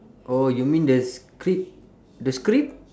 oh you mean the script the script